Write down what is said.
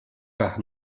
par